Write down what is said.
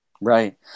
Right